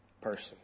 person